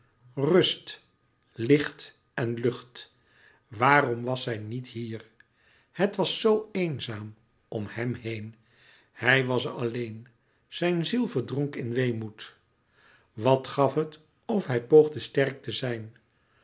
rust licht en lucht waarom was zij niet hier het was zoo eenzaam om hem heen hij was alleen zijn ziel verdronk in weemoed wat gaf het of hij poogde sterk te zijn